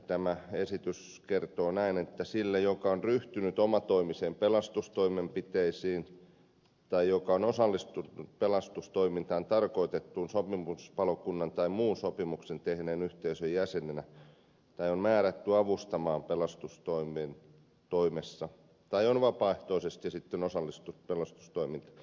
tämä esitys kertoo että sille joka on ryhtynyt omatoimisiin pelastustoimenpiteisiin tai joka on osallistunut pelastustoimintaan tarkoitetun sopimuspalokunnan tai muun sopimuksen tehneen yhteisön jäsenenä tai on määrätty avustamaan pelastustoimessa tai on vapaaehtoisesti siten osallistu pelastustoimi